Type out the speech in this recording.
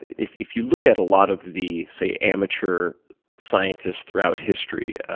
if if you look at a lot of the, say, amateur scientists throughout history,